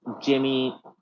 Jimmy